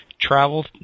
travel